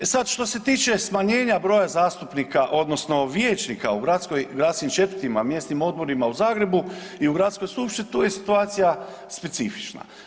E sad što se tiče smanjenja broja zastupnika, odnosno vijećnika u gradskim četvrtima, mjesnim odborima u Zagrebu i u Gradskoj skupštini tu je situacija specifična.